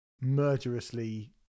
murderously